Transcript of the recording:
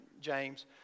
James